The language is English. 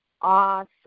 awesome